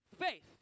faith